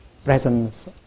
presence